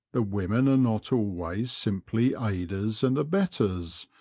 the women are not always simply aiders and abettors,